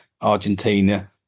Argentina